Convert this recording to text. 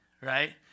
right